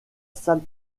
salle